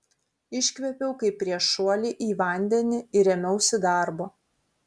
iškvėpiau kaip prieš šuolį į vandenį ir ėmiausi darbo